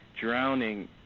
drowning